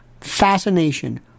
fascination